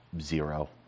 zero